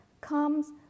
comes